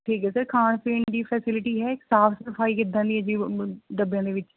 ਠੀਕ ਹੈ ਸਰ ਖਾਣ ਪੀਣ ਦੀ ਫੈਸਿੱਲਟੀ ਹੈ ਸਾਫ਼ ਸਫਾਈ ਕਿੱਦਾਂ ਦੀ ਹੈ ਜੀ ਡੱਬਿਆਂ ਦੇ ਵਿੱਚ